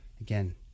Again